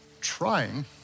trying